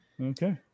Okay